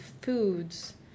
foods